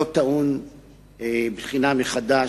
לא טעון בחינה מחדש?